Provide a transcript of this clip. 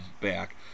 back